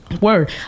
Word